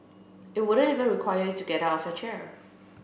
it wouldn't even require you to get out of your chair